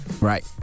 Right